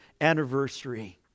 anniversary